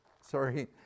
Sorry